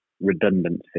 redundancy